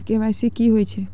KYC की होय छै?